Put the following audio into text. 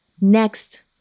next